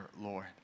Lord